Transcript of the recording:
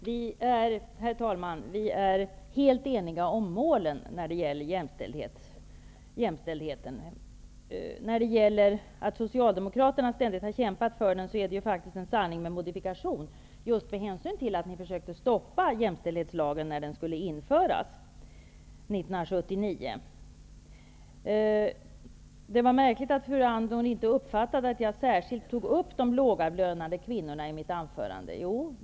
Herr talman! Vi är helt eniga om målen när det gäller jämställdheten. Att socialdemokraterna ständigt har kämpat för den är faktiskt en sanning med modifikation med hänsyn till att ni försökte stoppa jämställdhetslagen när den skulle införas Det var märkligt att fru Andnor inte märkte att jag särskilt tog upp de lågavlönade kvinnorna i mitt anförande.